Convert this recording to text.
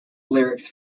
lyrics